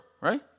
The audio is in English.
right